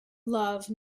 love